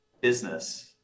business